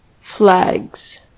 flags